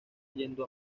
yendo